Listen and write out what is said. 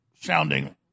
sounding